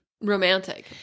Romantic